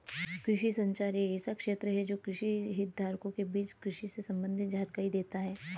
कृषि संचार एक ऐसा क्षेत्र है जो कृषि हितधारकों के बीच कृषि से संबंधित जानकारी देता है